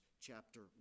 chapter